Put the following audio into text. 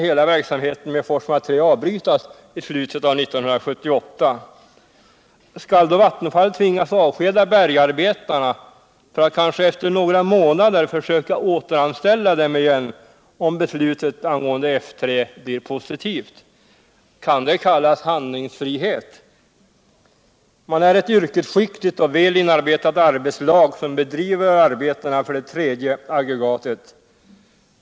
hela verksamheten med l/orsmark 3 avbrytas i slutet av 1978. Skall då Vattenfall tvingas avskeda bergsarbetarna för att kanske efter några månader försöka återanställa dem igen om beslutet angående F3 blir positivt? Kan det kallas handlingsfrihet? Det är ett yrkosskickligt och väl inarbetat arbetslag som bedriver arbetena för det tredje aggregatet.